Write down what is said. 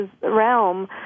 realm